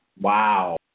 Wow